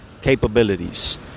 capabilities